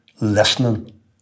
listening